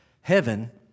heaven